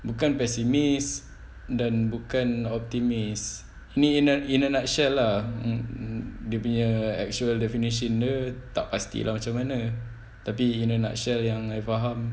bukan pessimist dan bukan optimist ni in a in a nutshell lah mm dia punya actual definition dia tak pasti lah macam mana tapi in a nutshell yang I faham